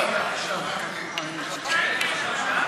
ההצעה להעביר את הצעת חוק